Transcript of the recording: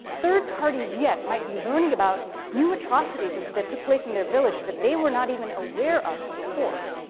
third parties yet might be learning about new atrocities that took place in their village that they were not even aware of before,